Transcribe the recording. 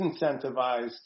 incentivized